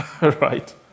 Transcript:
right